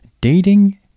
Dating